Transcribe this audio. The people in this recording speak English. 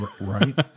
Right